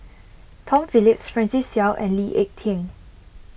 Tom Phillips Francis Seow and Lee Ek Tieng